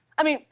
i mean,